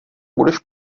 budeš